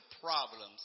problems